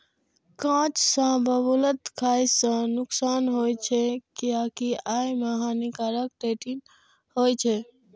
कांच शाहबलूत खाय सं नुकसान होइ छै, कियैकि अय मे हानिकारक टैनिन होइ छै